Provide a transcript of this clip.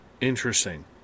Interesting